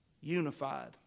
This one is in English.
unified